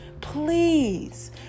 Please